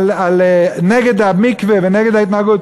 נגד המקווה ונגד ההתנהגות.